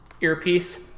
earpiece